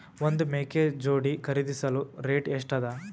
ಒಂದ್ ಮೇಕೆ ಜೋಡಿ ಖರಿದಿಸಲು ರೇಟ್ ಎಷ್ಟ ಅದ?